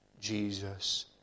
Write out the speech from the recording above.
Jesus